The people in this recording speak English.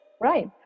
Right